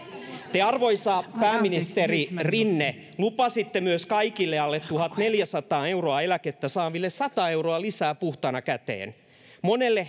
te arvoisa pääministeri rinne lupasitte myös kaikille alle tuhatneljäsataa euroa eläkettä saaville sata euroa lisää puhtaana käteen monelle